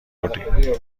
بردیم